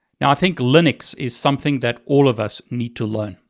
now i think linux is something that all of us need to learn.